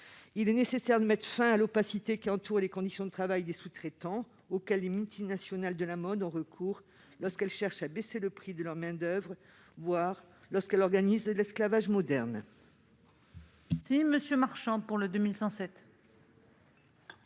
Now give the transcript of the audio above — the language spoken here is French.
Il est nécessaire de mettre fin à l'opacité qui entoure les conditions de travail des sous-traitants auxquels les multinationales de la mode ont recours lorsqu'elles cherchent à baisser le prix de leur main-d'oeuvre, voire lorsqu'elles organisent l'esclavage moderne. L'amendement n° 2107